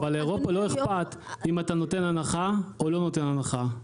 לאירופה לא מעניין אם את נותן הנחה או לא נותן הנחה.